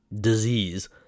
disease